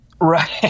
right